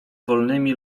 wolnymi